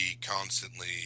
constantly